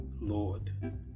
Lord